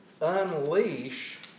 unleash